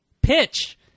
Pitch